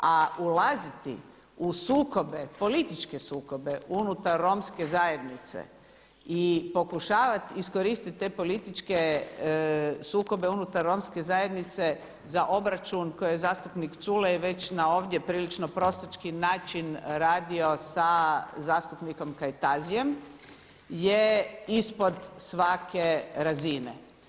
A ulaziti u sukobe, političke sukobe unutar romske zajednice i pokušavati iskoristiti te političke sukobe unutar romske zajednice za obračun koji je zastupnik Culej već ovdje prilično prostački način radio sa zastupnikom Kajtazijem je ispod svake razine.